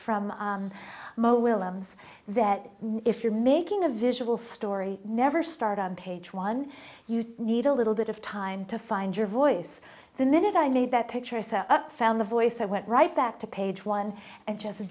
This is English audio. willems that if you're making a visual story never start on page one you need a little bit of time to find your voice the minute i need that picture so found a voice i went right back to page one and just